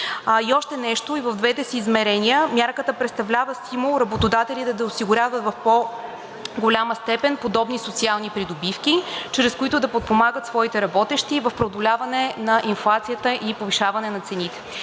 И още нещо, и в двете си измерения мярката представлява стимул работодателите да осигуряват в по-голяма степен подобни социални придобивки, чрез които да подпомагат своите работещи в преодоляване на инфлацията и повишаване на цените.